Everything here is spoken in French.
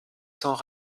cents